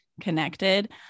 connected